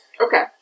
okay